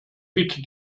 bitte